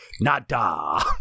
Nada